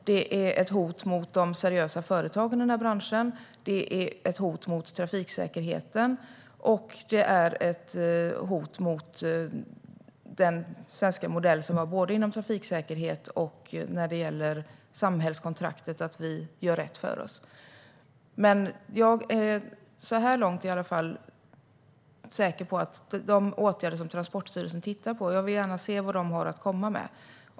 Det är ett hot mot de seriösa företagen i branschen, det är ett hot mot trafiksäkerheten och det är ett hot mot den svenska modell vi har både för trafiksäkerhet och när det gäller samhällskontraktet, det vill säga att vi gör rätt för oss. Jag vill se vad Transportstyrelsen har att komma med när det gäller de åtgärder man tittar på.